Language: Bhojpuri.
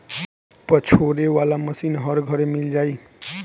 पछोरे वाला मशीन हर घरे मिल जाई